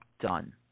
done